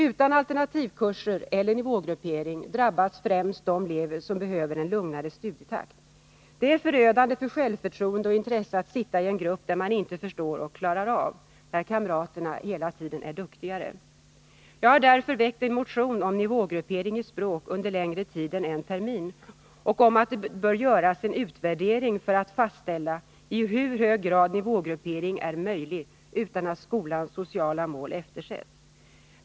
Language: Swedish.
Utan alternativkurser eller nivågruppering drabbas framför allt de elever som behöver en lugnare studietakt. Det är förödande för självförtroendet och intresset att sitta i en grupp där man inte förstår och inte klarar av, där kamraterna hela tiden är mycket duktigare. Jag har därför väckt en motion om nivågruppering i språk under längre tid än en termin och om att man bör göra en utvärdering för att fastställa i hur hög grad nivågruppering är möjlig utan att skolans sociala mål eftersätts.